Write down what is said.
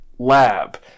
lab